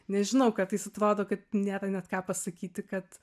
nežinau kartais atrodo kad nėra net ką pasakyti kad